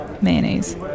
mayonnaise